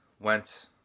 went